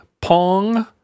Pong